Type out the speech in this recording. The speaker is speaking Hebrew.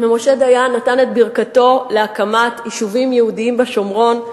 ומשה דיין נתן את ברכתו להקמת יישובים יהודיים בשומרון.